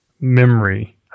memory